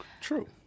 true